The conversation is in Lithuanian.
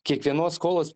kiekvienos skolos